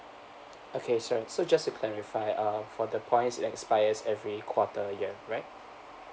okay sure so just to clarify uh for the points expires every quarter year right